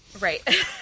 Right